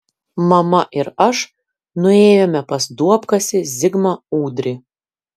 mama ir aš nuėjome pas duobkasį zigmą ūdrį